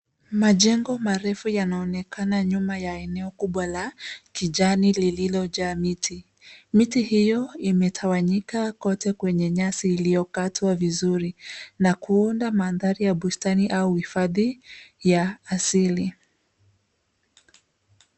Majengo marefu yanaonekana nyuma ya eneo kubwa la kijani lililojaa miti. Miti hiyo imetawanyika kote kwenye nyasi iliyokatwa vizuri na kuunda mandhari ya bustani au hifadhi ya asili.